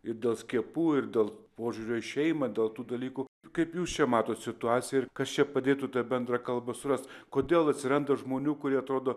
ir dėl skiepų ir dėl požiūrio į šeimą dėl tų dalykų kaip jūs čia matot situaciją ir kas čia padėtų tą bendrą kalbą surast kodėl atsiranda žmonių kurie atrodo